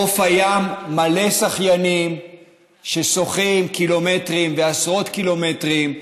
חוף הים מלא שחיינים ששוחים קילומטרים ועשרות קילומטרים,